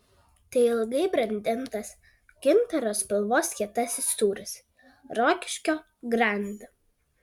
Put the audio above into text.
tai ilgai brandintas gintaro spalvos kietasis sūris rokiškio grand